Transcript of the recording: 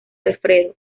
alfredo